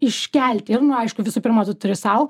iškelti ir nu aišku visų pirma tu turi sau